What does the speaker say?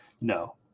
No